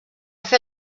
fer